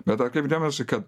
bet atkreipk dėmesį kad